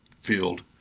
field